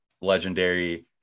legendary